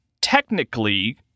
technically